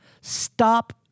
Stop